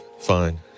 Fine